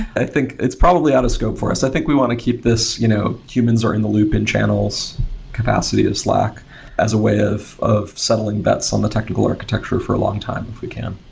i think it's probably out of scope for us. i think we want to keep this you know humans are in the loop in channels capacity as slack as a way of of settling bets on the technical architecture for a long time if we can.